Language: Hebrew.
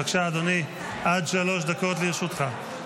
בבקשה, אדוני, עד שלוש דקות לרשותך.